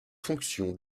fonction